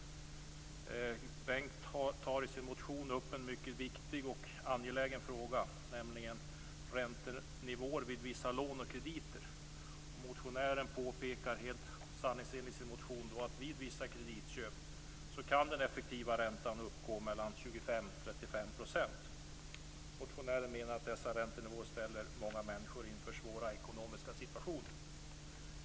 Bengt Kronblad tar i sin motion upp en mycket viktig och angelägen fråga. Motionären påpekar helt korrekt att den effektiva räntan vid vissa kreditköp kan uppgå till mellan 25 och 35 %. Motionären menar att dessa räntenivåer försätter många människor i svåra ekonomiska situationer.